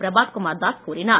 பிரபாத்குமார் தாஸ் கூறினார்